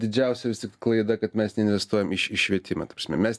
didžiausia vis tik klaida kad mes neinvestuojam į į švietimą ta prasme mes